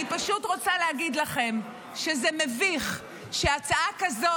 אני פשוט רוצה להגיד לכם שזה מביך שהצעה כזו,